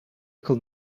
could